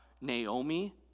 Naomi